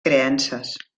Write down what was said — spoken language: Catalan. creences